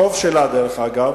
החוב שלה, דרך אגב,